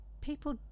people